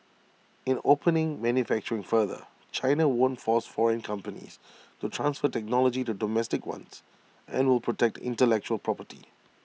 in opening manufacturing further China won't force foreign companies to transfer technology to domestic ones and will protect intellectual property